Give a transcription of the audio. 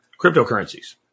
cryptocurrencies